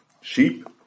sheep